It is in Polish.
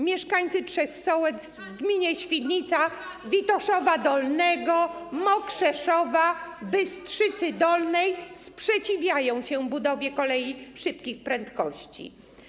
Mieszkańcy trzech sołectw w gminie Świdnica: Witoszowa Dolnego, Mokrzeszowa, Bystrzycy Dolnej, sprzeciwiają się budowie kolei szybkich prędkości.